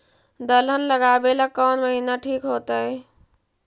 दलहन लगाबेला कौन महिना ठिक होतइ?